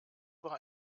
war